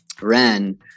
ran